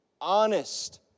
honest